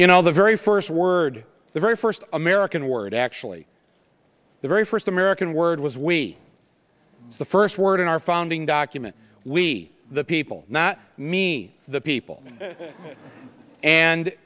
you know the very first word the very first american word actually the very first american word was we the first word in our founding document we the people not me the people and